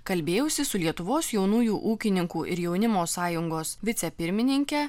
kalbėjausi su lietuvos jaunųjų ūkininkų ir jaunimo sąjungos vicepirmininke